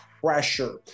pressure